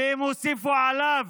ואם הוסיפו עליו